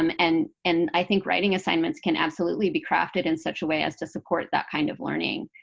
um and and i think writing assignments can absolutely be crafted in such a way as to support that kind of learning.